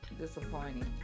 disappointing